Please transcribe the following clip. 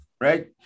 right